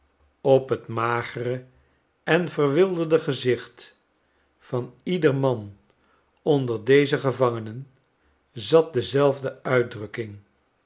op t magere en verwilderde gezicht van ieder man onder deze gevangenen zat dezelfde uitdrukking